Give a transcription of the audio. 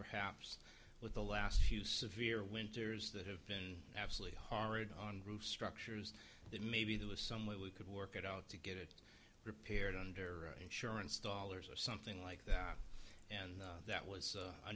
perhaps with the last few severe winters that have been absolutely horrid on the roof structures that maybe there was some way we could work it out to get it repaired under insurance dollars or something like that and that was